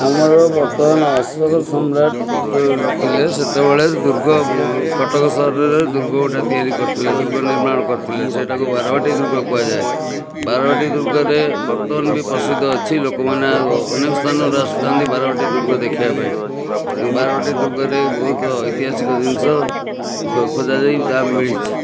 ଆମର ବର୍ତ୍ତମାନ ଅଶୋକ ସମ୍ରାଟ ଯେଉଁ ଥିଲେ ସେତେବେଳେ ଦୁର୍ଗ କଟକ ସହରରେ ଦୁର୍ଗ ଗୋଟେ ତିଆରି କରିଥିଲେ ଦୁର୍ଗ ନିର୍ମାଣ କରିଥିଲେ ସେଇଟାକୁ ବାରବାଟୀ ଦୁର୍ଗ କୁହାଯାଏ ବାରବାଟୀ ଦୁର୍ଗରେ ବର୍ତ୍ତମାନ ବି ପ୍ରସିଦ୍ଧ ଅଛି ଲୋକମାନେ ଆଉ ଅନେକ ସ୍ଥାନରୁ ଆସୁଥାଆନ୍ତି ବାରବାଟୀ ଦୁର୍ଗ ଦେଖିବା ପାଇଁ ଏବଂ ବାରବାଟୀ ଦୁର୍ଗରେ ବହୁତ ଏୖତିହାସିକ ଜିନିଷ ଖୋ ଖୋଜାଯାଇ ତାହା ମିଳିଛି